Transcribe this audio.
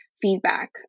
feedback